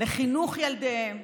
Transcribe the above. לחינוך ילדיהם.